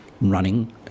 running